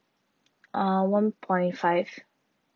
uh one point five